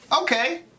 Okay